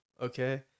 Okay